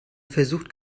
versucht